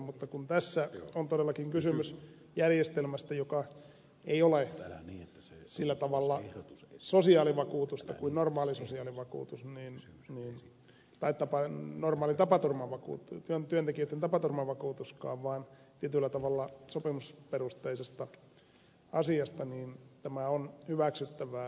mutta kun tässä on todellakin kysymys järjestelmästä joka ei ole sillä tavalla sosiaalivakuutusta kuin normaali sosiaalivakuutus tai normaali työntekijöitten tapaturmavakuutuskaan vaan on tietyllä tavalla sopimusperusteinen asia niin tämä on hyväksyttävää